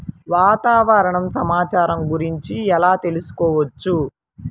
వాతావరణ సమాచారం గురించి ఎలా తెలుసుకోవచ్చు?